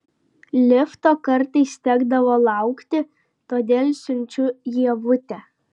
lifto kartais tekdavo laukti todėl siunčiu ievutę